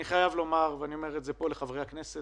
אני חייב לומר לחברי הכנסת